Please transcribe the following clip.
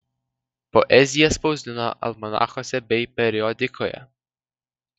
poeziją spausdino almanachuose bei periodikoje